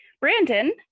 Brandon